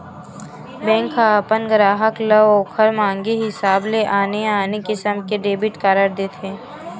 bank ह अपन गराहक ल ओखर मांगे हिसाब ले आने आने किसम के डेबिट कारड देथे